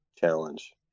challenge